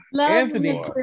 Anthony